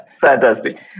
Fantastic